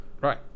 Right